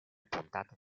puntate